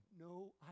no